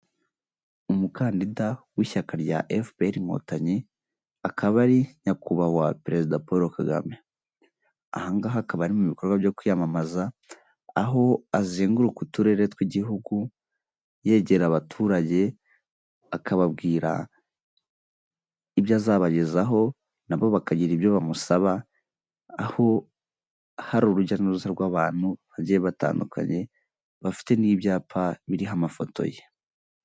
umukandida w'ishyaka rya Efuperi inkotanyi akaba ari nyakubahwa perezida Paul Kagame aha ngaha akaba ari mu bikorwa byo kwiyamamaza aho azenguruka uturere tw'igihugu yegera abaturage akababwira ibyo azabagezaho nabo bakagira ibyo bamusaba aho hari urujya n'uruza rw'abantu bagiye batandukanye bafite n'ibyapa biriho amafoto ye